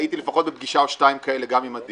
הייתי לפחות בפגישה או שתיים כאלה גם עם עדי